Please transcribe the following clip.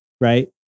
right